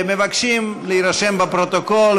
שמבקשים להירשם בפרוטוקול,